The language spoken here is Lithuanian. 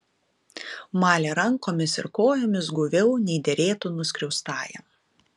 malė rankomis ir kojomis guviau nei derėtų nuskriaustajam